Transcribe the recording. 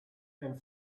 and